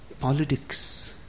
politics